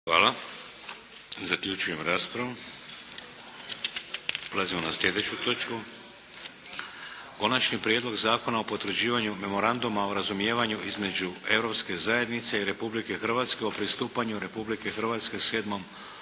Vladimir (HDZ)** Prelazimo na sljedeću točku - Konačni prijedlog zakona o potvrđivanju Memoranduma o razumijevanju između Europske zajednice i Republike Hrvatske o pristupanju Republike Hrvatske Sedmom okvirnom